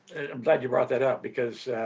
i'm glad you brought that up because